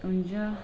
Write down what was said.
हुन्छ